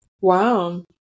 Wow